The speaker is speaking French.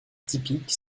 typique